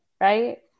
right